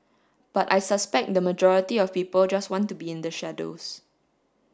but I suspect the majority of people just want to be in the shadows